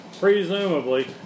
presumably